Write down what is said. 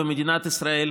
במדינת ישראל,